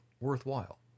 worthwhile